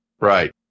Right